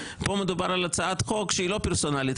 פה מדובר על הצעת חוק שהיא לא פרסונלית,